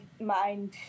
mind